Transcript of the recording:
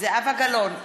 זהבה גלאון,